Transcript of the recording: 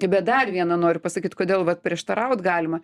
tai bet dar vieną noriu pasakyt kodėl vat prieštaraut galima